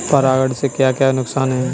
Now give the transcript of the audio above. परागण से क्या क्या नुकसान हैं?